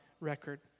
record